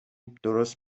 درست